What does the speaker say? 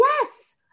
Yes